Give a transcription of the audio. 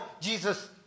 Jesus